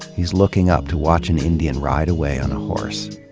he's looking up to watch an indian ride away on a horse.